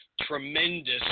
tremendous